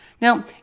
Now